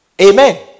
Amen